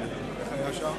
זה בסדר גמור.